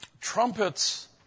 Trumpets